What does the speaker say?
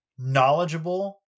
Knowledgeable